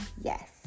Yes